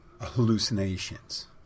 Hallucinations